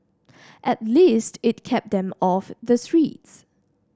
at least it kept them off the streets